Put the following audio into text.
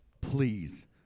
please